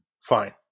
fine